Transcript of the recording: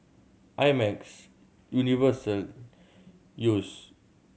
I Max Universal Yeo's